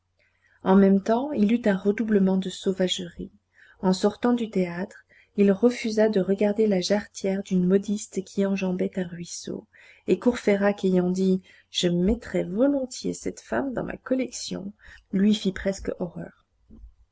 en même temps il eut un redoublement de sauvagerie en sortant du théâtre il refusa de regarder la jarretière d'une modiste qui enjambait un ruisseau et courfeyrac ayant dit je mettrais volontiers cette femme dans ma collection lui fit presque horreur